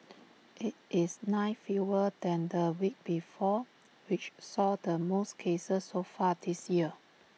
IT is nine fewer than the week before which saw the most cases so far this year